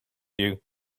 you